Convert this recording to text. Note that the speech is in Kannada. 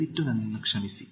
ದಯವಿಟ್ಟು ನನ್ನನ್ನು ಕ್ಷಮಿಸಿ